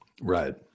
Right